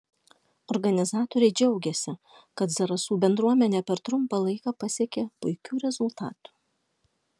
organizatoriai džiaugėsi kad zarasų bendruomenė per trumpą laiką pasiekė puikių rezultatų